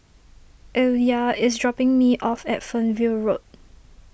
Illya is dropping me off at Fernvale Road